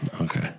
Okay